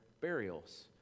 burials